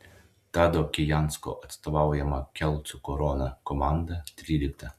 tado kijansko atstovaujama kelcų korona komanda trylikta